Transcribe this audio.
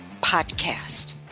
podcast